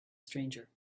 stranger